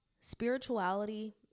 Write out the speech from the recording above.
Spirituality